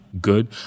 good